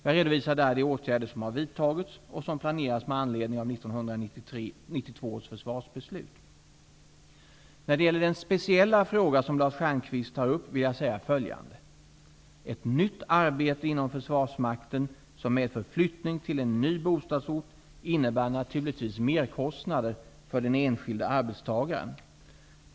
Jag redovisar där de åtgärder som har vidtagits och som planeras med anledning av 1992 års försvarsbeslut. När det gäller den speciella fråga som Lars Stjernkvist tar upp vill jag säga följande. Ett nytt arbete inom försvarsmakten som medför flyttning till en ny bostadsort innebär naturligtvis merkostnader för den enskilde arbetstagaren.